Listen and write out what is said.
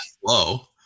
Slow